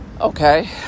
okay